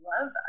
love